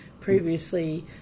previously